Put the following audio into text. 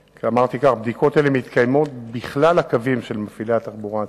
אמרתי כך: בדיקות אלה מתקיימות בכלל הקווים של מפעילי התחבורה הציבורית.